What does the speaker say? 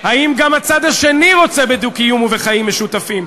האם גם הצד השני רוצה בדו-קיום ובחיים משותפים?